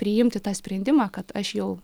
priimti tą sprendimą kad aš jau